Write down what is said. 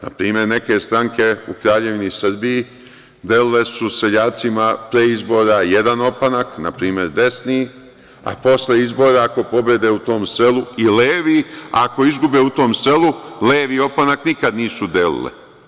Na primer, neke stranke u Kraljevini Srbiji, delile su seljacima pre izbora jedan opanak, na primer desni, a posle izbora, ako pobede u tom selu, i levi, a ako izgube u tom selu, levi opanak nikad nisu delile.